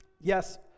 yes